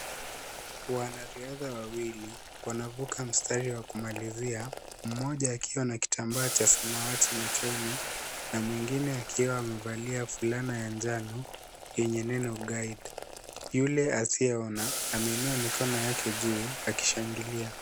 Wanariadha wawili wanavuka mstari wakumalizi mmoja akiwa na kitambaa cha samawati machoni na mwingine akiwa amevalia fulana ya njano yenye neno guide . Yule asiye ona ameinua mikono yake juu akishangilia.